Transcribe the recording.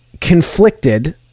conflicted